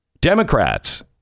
democrats